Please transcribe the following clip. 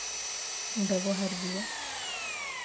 ᱵᱮᱵᱚᱦᱟᱨ ᱜᱮᱭᱟ